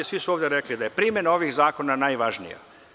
Svi su ovde rekli da je primena ovih zakona najvažnija.